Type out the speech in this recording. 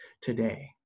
today